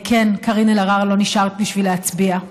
כן, קארין אלהרר, לא נשארת בשביל להצביע.